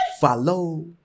Follow